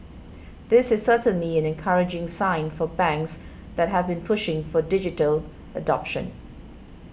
this is certainly an encouraging sign for banks that have been pushing for digital adoption